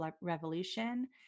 revolution